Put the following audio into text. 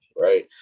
right